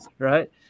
right